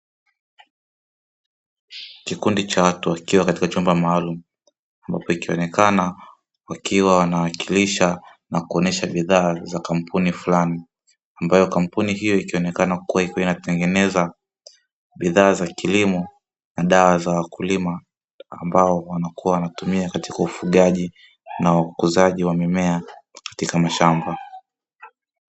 Kikundi cha watu akiwa katika chumba maalumu ambapo ikionekana wakiwa wanawakilisha na kuonesha bidhaa za kampuni fulani, ambayo kampuni hiyo ikionekana kuwa iko inatengeneza bidhaa za kilimo na dawa za wakulima, ambao wanakuwa wanatumia katika ufugaji na ukuzaji wa mimea katika mashamba.